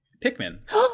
Pikmin